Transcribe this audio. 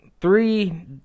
three